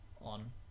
on